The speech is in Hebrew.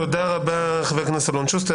תודה רבה, חבר הכנסת אלון שוסטר.